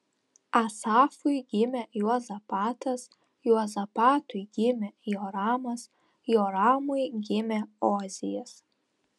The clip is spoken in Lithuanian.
asafui gimė juozapatas juozapatui gimė joramas joramui gimė ozijas